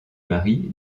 marie